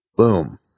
boom